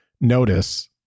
Notice